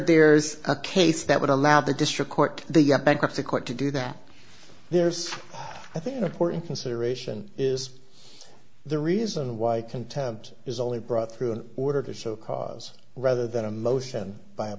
there's a case that would allow the district court the bankruptcy court to do that there's i think a court consideration is the reason why contempt is only brought through an order so cause rather than a motion by a